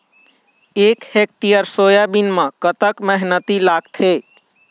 एक hectare soybean म कतक मेहनती लागथे?